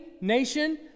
nation